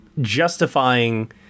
justifying